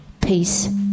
Peace